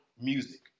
music